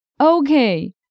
Okay